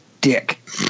dick